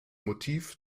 motiv